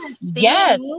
Yes